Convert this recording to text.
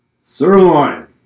Sirloin